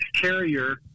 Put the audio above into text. carrier